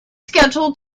scheduled